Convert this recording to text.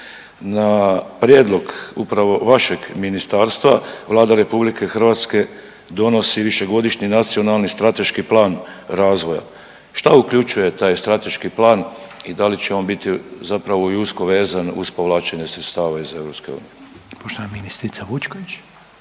Na prijedlog upravo vašeg ministarstva Vlada RH donosi višegodišnji Nacionalni strateški plan razvoja. Šta uključuje taj strateški plan i da li će on biti zapravo i usko vezan uz povlačenje sredstava iz EU? **Reiner, Željko